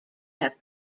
have